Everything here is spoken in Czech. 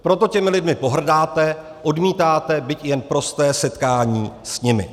Proto těmi lidmi pohrdáte, odmítáte byť i jen prosté setkání s nimi.